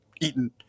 eaten